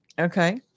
okay